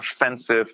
offensive